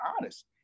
honest